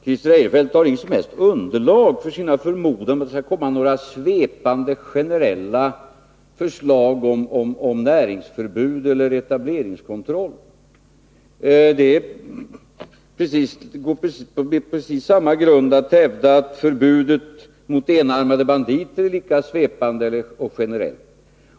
Herr talman! Christer Eirefelt har inget som helst underlag för sina förmodanden att det skall komma några svepande, generella förslag om näringsförbud eller etableringskontroller. Man kan på precis samma grund hävda att förbudet mot enarmade banditer är svepande och generellt.